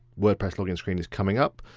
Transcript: wordpress login screen is coming up.